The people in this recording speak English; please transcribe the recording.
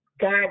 God